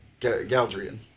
Galdrian